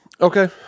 Okay